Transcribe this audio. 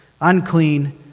unclean